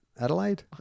Adelaide